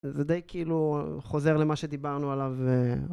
זה די כאילו חוזר למה שדיברנו עליו